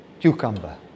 cucumber